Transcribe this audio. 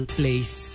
place